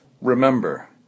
Remember